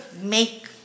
make